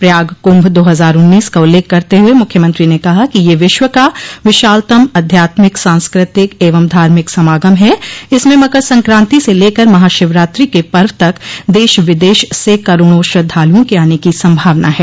प्रयाग कुम्भ दो हजार उन्नीस का उल्लेख करते हुए मुख्यमंत्री ने कहा कि यह विश्व का विशालतम अध्यात्मिक सांस्कृतिक एवं धार्मिक समागम हैं इसमें मकरसंकांति से लेकर महाशिवरात्रि के पर्व तक देश विदेश से करोड़ों श्रद्धालुओं के आने की संभावना है